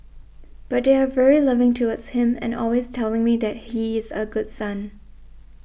but they are very loving towards him and always telling me that he is a good son